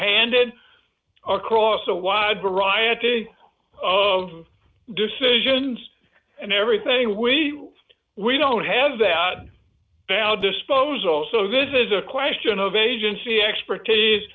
handed across a wide variety of decisions and everything we we don't have that valve disposal so this is a question of agency expertise